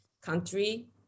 country